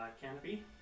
canopy